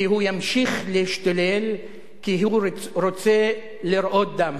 כי הוא ימשיך להשתולל, כי הוא רוצה לראות דם.